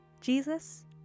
Jesus